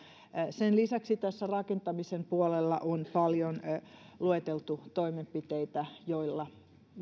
sen lisäksi tässä on rakentamisen puolella lueteltu paljon toimenpiteitä joilla